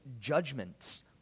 judgments